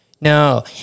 No